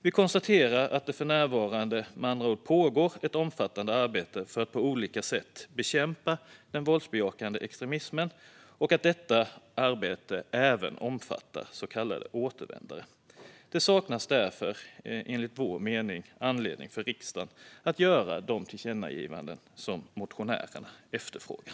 Vi konstaterar att det därmed för närvarande pågår ett omfattande arbete med att på olika sätt bekämpa den våldsbejakande extremismen och att detta arbete även omfattar så kallade återvändare. Det saknas därför enligt vår mening anledning för riksdagen att göra de tillkännagivanden som motionärerna efterfrågar.